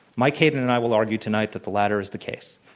mike hayden and i will argue tonight that the latter is the case.